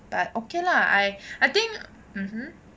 but okay lah I I think mmhmm